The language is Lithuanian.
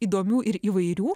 įdomių ir įvairių